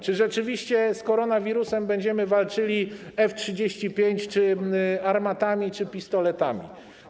Czy rzeczywiście z koronawirusem będziemy walczyli F-35 czy armatami, czy pistoletami?